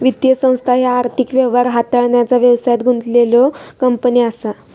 वित्तीय संस्था ह्या आर्थिक व्यवहार हाताळण्याचा व्यवसायात गुंतलेल्यो कंपनी असा